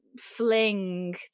fling